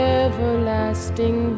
everlasting